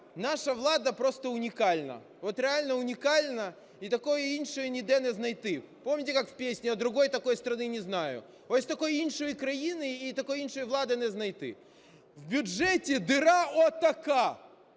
наша влада просто унікальна, от реально унікальна, і такої іншої ніде не знайти, помните, как в песне: "Я другой такой страны не знаю", - ось такої іншої країни і такої іншої влади не знайти. В бюджеті діра отака,